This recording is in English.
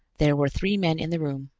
there were three men in the room,